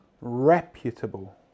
reputable